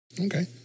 Okay